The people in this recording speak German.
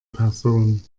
person